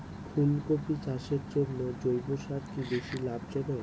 ফুলকপি চাষের জন্য জৈব সার কি বেশী লাভজনক?